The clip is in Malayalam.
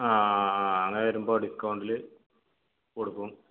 ആ ആ ആ അങ്ങനെ വരുമ്പോൾ ഡിസ്ക്കൗണ്ടിൽ കൊടുക്കും